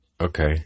okay